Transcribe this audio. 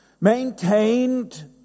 maintained